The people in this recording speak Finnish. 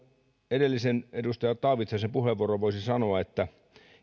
edelliseen edustaja taavitsaisen puheenvuoroon voisi sanoa että